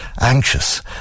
anxious